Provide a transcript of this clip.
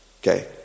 okay